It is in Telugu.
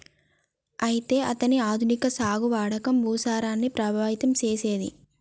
అయితే అతని ఆధునిక సాగు వాడకం భూసారాన్ని ప్రభావితం సేసెసింది